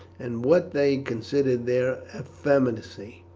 and what they considered their effeminacy.